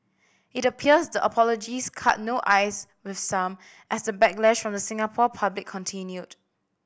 it appears the apologies cut no ice with some as the backlash from the Singapore public continued